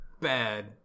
bad